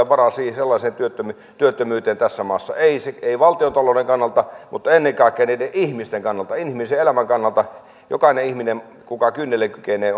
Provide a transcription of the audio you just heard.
varaa sellaiseen työttömyyteen työttömyyteen tässä maassa ei valtiontalouden eikä ennen kaikkea ihmisten kannalta inhimillisen elämän kannalta jokainen ihminen kuka kynnelle kykenee